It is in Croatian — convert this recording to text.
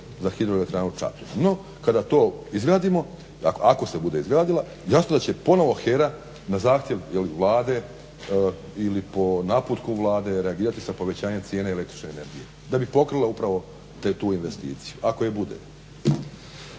za hidroelektranu Čapin. No kada to izgradimo, ako se bude izgradila jasno da će ponovno HERA na zahtjev jel Vlade ili po naputku Vlade reagirati sa povećanjem cijene električne energije da bi pokrila upravo tu investiciju ako i bude.